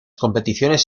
competiciones